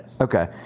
Okay